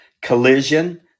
collision